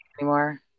anymore